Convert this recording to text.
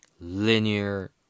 Linear